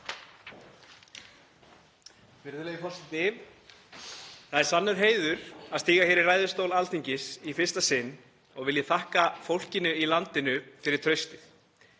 Virðulegi forseti. Það er sannur heiður að stíga í ræðustól Alþingis í fyrsta sinn og vil ég þakka fólkinu í landinu fyrir traustið.